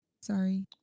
sorry